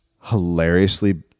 hilariously